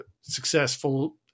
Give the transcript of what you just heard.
successful